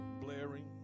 blaring